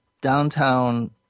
downtown